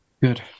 Good